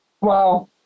Wow